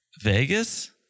Vegas